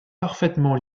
parfaitement